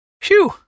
Phew